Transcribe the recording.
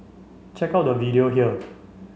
check out the video here